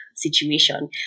situation